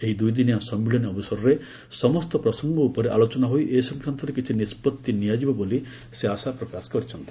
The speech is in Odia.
ଏହି ଦୁଇଦିନିଆ ସମ୍ମିଳନୀ ଅବସରରେ ସମସ୍ତ ପ୍ରସଙ୍ଗ ଉପରେ ଆଲୋଚନା ହୋଇ ଏ ସଂକ୍ରାନ୍ତରେ କିଛି ନିଷ୍ପଭି ନିଆଯିବ ବୋଲି ସେ ଆଶପ୍ରକାଶ କରିଛନ୍ତି